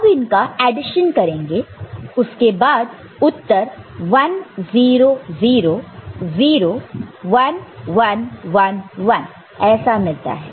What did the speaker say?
अब इनका एडिशन करेंगे उसके बाद उत्तर 1 0 0 0 1 1 1 1 ऐसा मिलता है